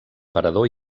parador